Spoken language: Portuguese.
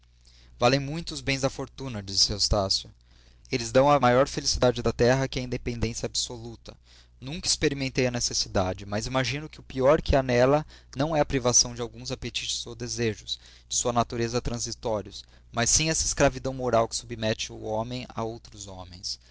valem muito os bens da fortuna dizia estácio eles dão a maior felicidade da terra que é a independência absoluta nunca experimentei a necessidade mas imagino que o pior que há nela não é a privação de alguns apetites ou desejos de sua natureza transitórios mas sim essa escravidão moral que submete o homem aos outros homens